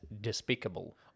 despicable